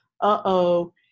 uh-oh